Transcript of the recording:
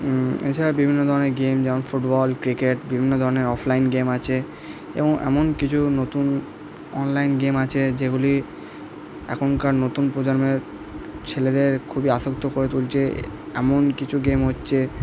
এছাড়া বিভিন্ন ধরনের গেম যেমন ফুটবল ক্রিকেট বিভিন্ন ধরনের অফলাইন গেম আছে এবং এমন কিছু নতুন অনলাইন গেম আছে যেগুলি এখনকার নতুন প্রজন্মের ছেলেদের খুবই আসক্ত করে তুলছে এমন কিছু গেম হচ্ছে